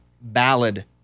Ballad